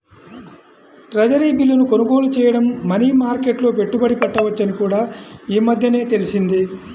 treasury బిల్లును కొనుగోలు చేయడం మనీ మార్కెట్లో పెట్టుబడి పెట్టవచ్చని కూడా ఈ మధ్యనే తెలిసింది